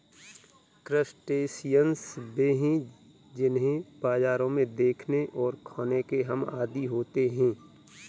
crustaceans वे हैं जिन्हें बाजारों में देखने और खाने के हम आदी होते हैं